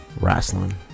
wrestling